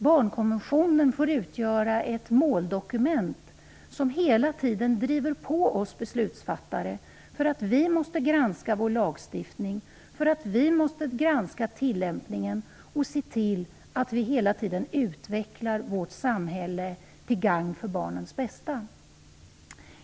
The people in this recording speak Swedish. Barnkonventionen får utgöra ett måldokument som hela tiden driver på oss beslutsfattare för att granska vår lagstiftning och tillämpningen och se till att vi hela tiden utvecklar vårt samhälle till gagn för barnen.